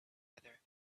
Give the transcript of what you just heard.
other